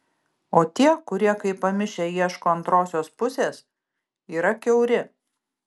o tie kurie kaip pamišę ieško antrosios pusės yra kiauri